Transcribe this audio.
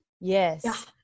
Yes